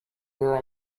were